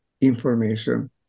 information